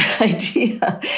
idea